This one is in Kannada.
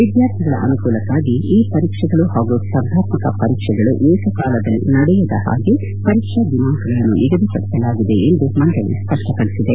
ವಿದ್ಯಾರ್ಥಿಗಳ ಅನುಕೂಲಕ್ಷಾಗಿ ಈ ಪರೀಕ್ಷೆಗಳು ಹಾಗೂ ಸ್ಪರ್ಧಾತ್ಮಕ ಪರೀಕ್ಷೆಗಳು ಏಕಕಾಲದಲ್ಲಿ ನಡೆಯದ ಹಾಗೆ ಪರೀಕ್ಷಾ ದಿನಾಂಕಗಳನ್ನು ನಿಗದಿಪಡಿಸಲಾಗಿದೆ ಎಂದು ಮಂಡಳಿ ಸ್ಪಷ್ಟ ಪಡಿಸಿದೆ